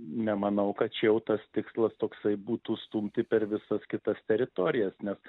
nemanau kad čia jau tas tikslas toksai būtų stumti per visas kitas teritorijas nes